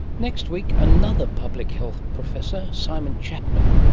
next week, another public health professor, simon chapman,